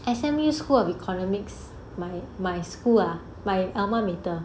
S_M_U school of economics like my school lah my alma mater